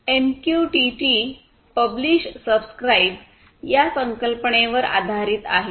MQTT publish subscribe या संकल्पनेवर आधारित आहे